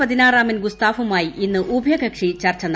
പതിനാറാമൻ ഗുസ്താഫുമായി ഇന്ന് ഉഭയകക്ഷി ചർച്ച നടത്തും